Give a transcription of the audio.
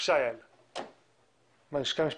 הלשכה המשפטית,